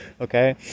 okay